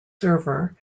server